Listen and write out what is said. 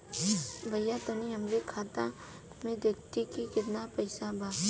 भईया तनि हमरे खाता में देखती की कितना पइसा बा?